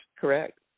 correct